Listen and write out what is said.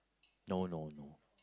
no no no